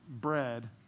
bread